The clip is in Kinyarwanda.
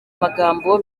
amagambo